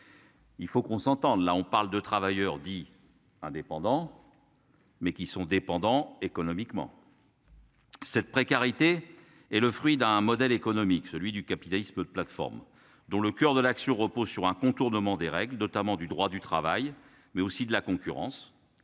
Il faut qu'on s'entende, là on parle de travailleur dit. Indépendant. Mais qui sont dépendants économiquement. Cette précarité est le fruit d'un modèle économique celui du capitalisme de plateformes dont le coeur de l'action repose sur un contournement des règles notamment du droit du travail mais aussi de la concurrence